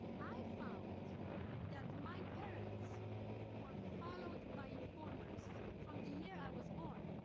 i found that my parents were followed by informers from the year i was born.